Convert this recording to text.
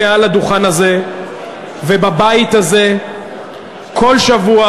מעל הדוכן הזה ובבית הזה כל שבוע.